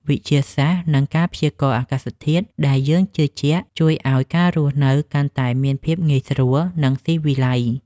វិទ្យាសាស្ត្រ និងការព្យាករណ៍អាកាសធាតុដែលយើងជឿជាក់ជួយឱ្យការរស់នៅកាន់តែមានភាពងាយស្រួល និងស៊ីវិល័យ។